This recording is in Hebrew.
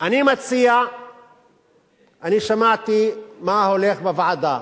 אני שמעתי מה הולך בוועדה.